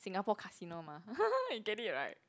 Singapore casino mah you get it right